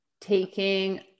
taking